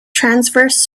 transverse